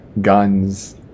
guns